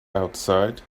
outside